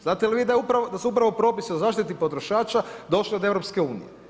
Znate li vi da su upravo propisi o zaštiti potrošača došli od EU.